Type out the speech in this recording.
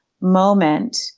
moment